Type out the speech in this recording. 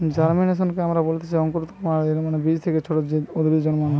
জার্মিনেশনকে আমরা বলতেছি অঙ্কুরোদ্গম, আর এর মানে বীজ থেকে ছোট উদ্ভিদ জন্মানো